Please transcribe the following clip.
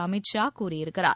அமித் ஷா கூறியிருக்கிறார்